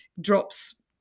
drops